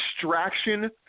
distraction